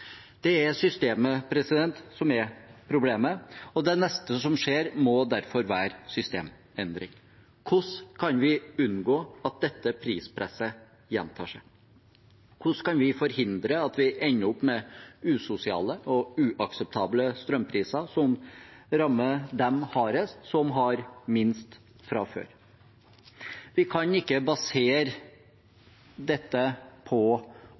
Det er systemet som er problemet, og det neste som skjer, må derfor være systemendring. Hvordan kan vi unngå at dette prispresset gjentar seg? Hvordan kan vi forhindre at vi ender med usosiale og uakseptable strømpriser som rammer dem hardest som har minst fra før? Vi kan ikke basere dette på